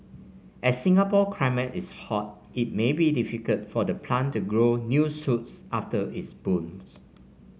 as Singapore climate is hot it may be difficult for the plant to grow new shoots after it blooms